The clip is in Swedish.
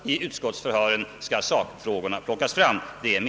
I utskottsförhören skall sakfrågorna plockas fram.